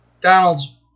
Donald's